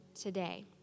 today